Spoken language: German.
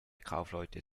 kaufleute